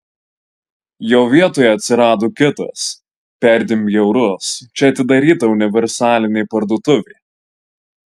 jo vietoje atsirado kitas perdėm bjaurus čia atidaryta universalinė parduotuvė